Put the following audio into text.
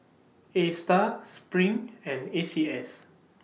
A STAR SPRING and A C S